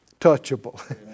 touchable